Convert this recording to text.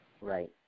Right